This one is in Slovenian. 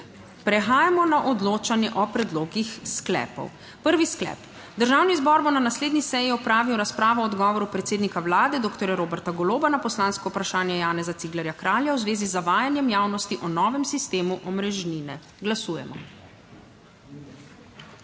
Prehajamo na odločanje o predlogih sklepov. Prvi sklep: Državni zbor bo na naslednji seji opravil razpravo o odgovoru predsednika Vlade doktorja Roberta Goloba na poslansko vprašanje Janeza Ciglerja Kralja v zvezi z zavajanjem javnosti o novem sistemu omrežnine. Glasujemo,